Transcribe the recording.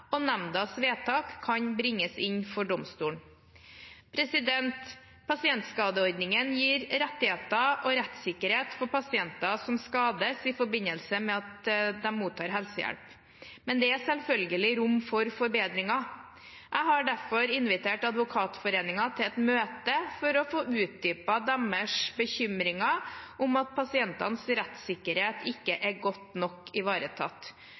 og nemndens vedtak kan bringes inn for domstolen. Pasientskadeordningen gir rettigheter og rettssikkerhet for pasienter som skades i forbindelse med at de mottar helsehjelp, men det er selvfølgelig rom for forbedringer. Jeg har derfor invitert Advokatforeningen til et møte for å få utdypet deres bekymringer om at pasientenes rettssikkerhet ikke er godt nok ivaretatt.